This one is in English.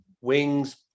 wings